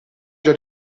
già